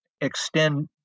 extend